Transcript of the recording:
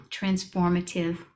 transformative